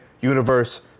Universe